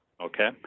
okay